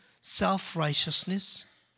self-righteousness